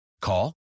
Call